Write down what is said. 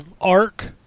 arc